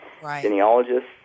genealogists